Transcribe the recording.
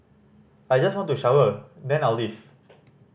I just want to shower then I'll leave